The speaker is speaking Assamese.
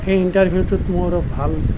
সেই ইণ্টাৰভিউটো মোৰ ভাল